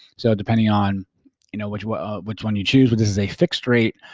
so depending on you know which one which one you choose, but this is a fixed rate,